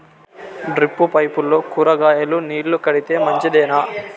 Drip పైపుల్లో కూరగాయలు నీళ్లు కడితే మంచిదేనా?